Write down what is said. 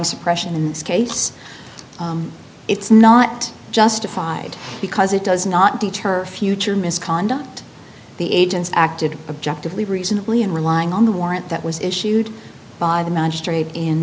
suppression in this case it's not justified because it does not deter future misconduct the agents acted objective leave reasonably in relying on the warrant that was issued by the